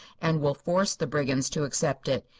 and will force the brigands to accept it.